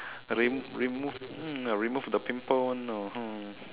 remove remove mm remove the pimple one the ha